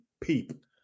peep